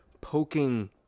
poking